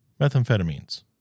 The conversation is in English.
methamphetamines